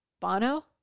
Bono